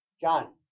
John